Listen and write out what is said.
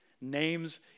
names